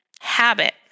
habit